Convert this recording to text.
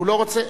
זה לא עובד.